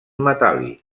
metàl·lic